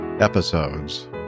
Episodes